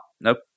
Nope